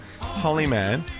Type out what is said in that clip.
Holyman